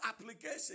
application